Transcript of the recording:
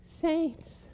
Saints